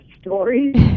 stories